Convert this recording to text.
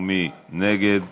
מי נגד?